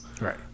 Right